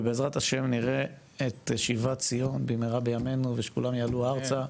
ובע"ה נראה את שיבת ציון במהרה בימינו ושכולם יעלו ארצה,